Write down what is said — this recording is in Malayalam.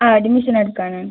ആ അഡ്മിഷൻ എടുക്കാൻ ആണ്